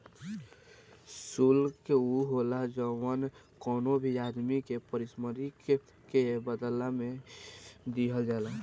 शुल्क उ होला जवन कवनो भी आदमी के पारिश्रमिक के बदला में दिहल जाला